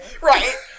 Right